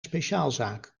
speciaalzaken